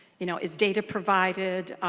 you know is data provided?